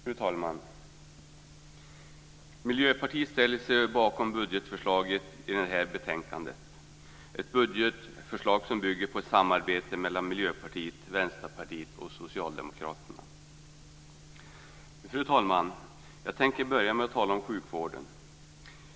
Fru talman! Miljöpartiet ställer sig bakom budgetförslaget i det här betänkandet, ett budgetförslag som bygger på ett samarbete mellan Miljöpartiet, Vänsterpartiet och Socialdemokraterna. Fru talman! Jag tänker börja med att tala om sjukvården.